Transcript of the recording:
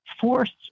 forced